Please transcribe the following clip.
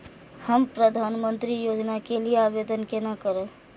हम प्रधानमंत्री योजना के लिये आवेदन केना करब?